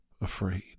afraid